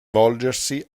volgersi